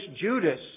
Judas